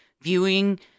viewing